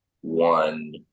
one